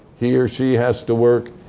he or she has to work,